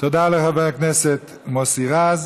תודה לחבר הכנסת מוסי רז.